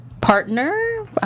partner